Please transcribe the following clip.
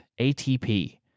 ATP